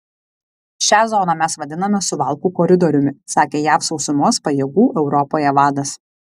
šią zoną mes vadiname suvalkų koridoriumi sakė jav sausumos pajėgų europoje vadas